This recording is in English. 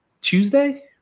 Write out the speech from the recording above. Tuesday